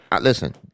Listen